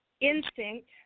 instinct